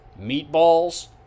Meatballs